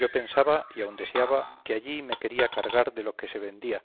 yo pensaba y aun deseaba que allí me quería cargar de lo que se vendía